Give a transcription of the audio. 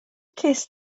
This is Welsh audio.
cest